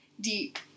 deep